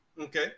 okay